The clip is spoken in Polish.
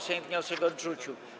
Sejm wniosek odrzucił.